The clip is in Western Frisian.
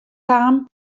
kaam